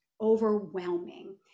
overwhelming